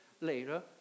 later